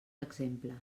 exemples